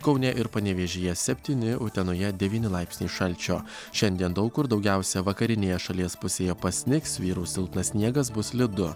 kaune ir panevėžyje septyni utenoje devyni laipsniai šalčio šiandien daug kur daugiausia vakarinėje šalies pusėje pasnigs vyraus silpnas sniegas bus slidu